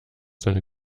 seine